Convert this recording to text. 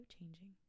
changing